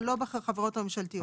אבל לא בחברות הממשלתיות.